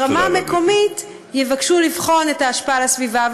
ברמה המקומית, יבקשו לבחון את ההשפעה על הסביבה.